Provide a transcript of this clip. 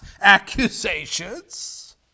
accusations